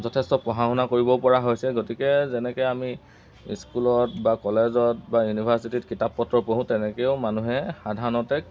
যথেষ্ট পঢ়া শুনা কৰিবপৰা হৈছে গতিকে যেনেকৈ আমি স্কুলত বা কলেজত বা ইউনিভাৰ্চিটিত কিতাপ পত্ৰ পঢ়ো তেনেকৈও মানুহে সাধাৰণতে